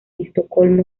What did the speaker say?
estocolmo